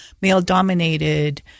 male-dominated